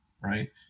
right